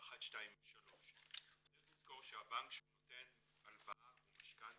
אבל יכול להיות שהבנק קיבל מסמכים מהשמאי